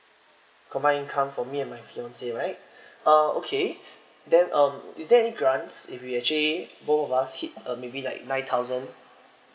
combined income for me and my fiance right uh okay then um is there any grants if we actually both of us hit a maybe like nine thousand